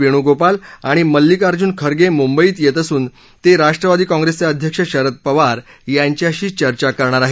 वेणुगोपाल आणि मल्लिकार्जून खरगे मुंबईत येत असून ते राष्ट्रवादी काँग्रेसचे अध्यक्ष शरद पवार यांच्याशी चर्चा करणार आहेत